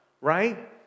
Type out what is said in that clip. Right